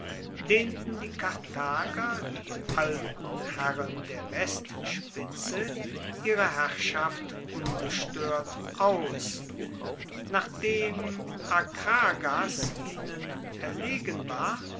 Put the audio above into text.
dehnten die karthager die alten herren der westspitze ihre herrschaft ungestoert aus nachdem akragas ihnen erlegen war